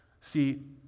See